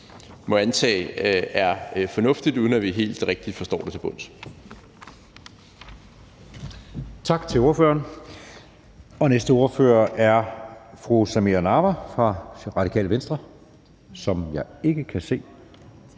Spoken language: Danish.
må antage er fornuftigt, uden at vi helt rigtig forstår det til bunds.